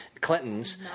Clintons